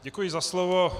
Děkuji za slovo.